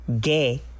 gay